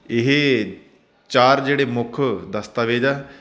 ਇਹ ਚਾਰ ਜਿਹੜੇ ਮੁੱਖ ਦਸਤਾਵੇਜ਼ ਆ